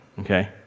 okay